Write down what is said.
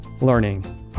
Learning